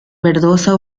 verdosa